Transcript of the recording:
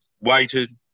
waited